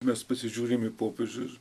mes pasižiūrim į popiežių ir